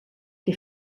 que